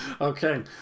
okay